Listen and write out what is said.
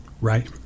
Right